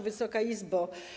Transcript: Wysoka Izbo!